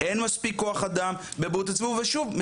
זה רק